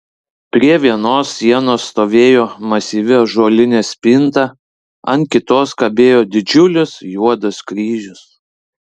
prie vienos sienos stovėjo masyvi ąžuolinė spinta ant kitos kabėjo didžiulis juodas kryžius